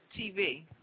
TV